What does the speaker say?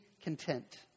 content